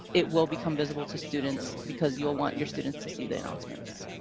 it will become visible to students because you'll want your students to see the announcements.